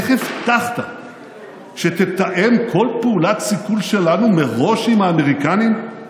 איך הבטחת שתתאם כל פעולת סיכול שלנו מראש עם האמריקנים?